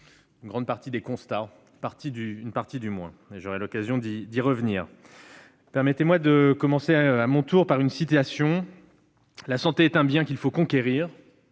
une partie des constats et j'aurai l'occasion d'y revenir. Permettez-moi de commencer à mon tour par une citation :« La santé est un bien qu'il faut conquérir et